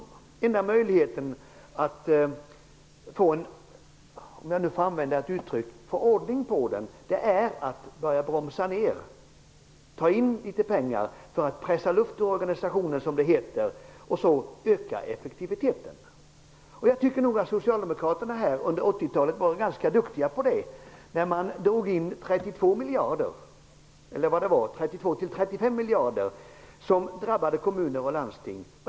Den enda möjligheten att ''få ordning på det'' är att bromsa ned, ta in litet pengar för att pressa luft ur organisationen och öka effektiviteten. Jag tycker nog att socialdemokraterna under 80 talet var ganska duktiga på det. Man drog in 32--35 miljarder, vilket drabbade kommuner och landsting.